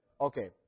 Okay